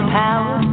power